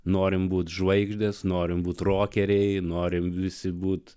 norime būti žvaigždės norime būti rokeriai norime visi būti